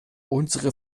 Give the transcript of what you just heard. unsere